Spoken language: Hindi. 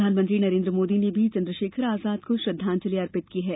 प्रधानमंत्री नरेन्द्र मोदी ने भी चंद्रशेखर आजाद को श्रद्धांजलि अर्पित की है